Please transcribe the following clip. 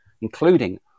including